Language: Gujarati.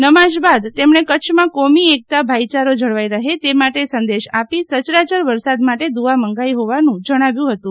નમાઝ બાદ તેમણે કચ્છમાં કોમી એકતા ભાઈચારો જળવાઈ રહે તે માટે સંદેશ આપી સચરાચર વરસાદ માટે દુઆ મંગાઈ હોવાનું જણાવ્યું હતું